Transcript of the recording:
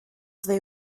they